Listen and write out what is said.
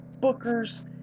bookers